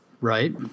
Right